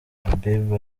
habiba